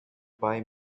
buy